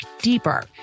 deeper